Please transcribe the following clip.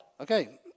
Okay